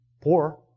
poor